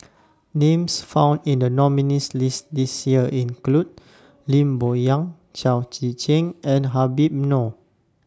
Names found in The nominees' list This Year include Lim Bo Yam Chao Tzee Cheng and Habib Noh